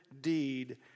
deed